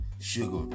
sugar